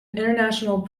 international